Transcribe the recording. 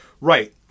Right